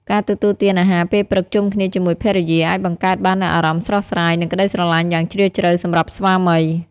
ការទទួលទានអាហារពេលព្រឹកជុំគ្នាជាមួយភរិយា អាចបង្កើតបាននូវអារម្មណ៍ស្រស់ស្រាយ និងក្ដីស្រឡាញ់យ៉ាងជ្រាលជ្រៅសម្រាប់ស្វាមី។